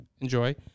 Enjoy